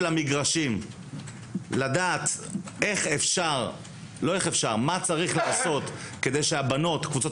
בנושא של המגרשים לדעת מה צריך לעשות כדי שקבוצות